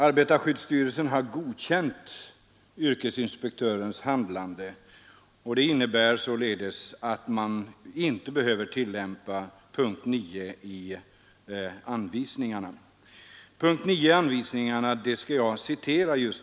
Arbetarskyddsstyrelsen har godkänt yrkesinspektörens handlande, och det innebär således att man inte behöver tillämpa punkten 9 i anvisningarna.